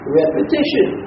repetition